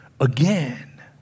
again